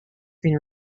been